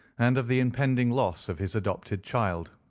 and of the impending loss of his adopted child.